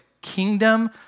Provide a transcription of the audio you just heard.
kingdom